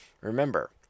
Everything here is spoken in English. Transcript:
Remember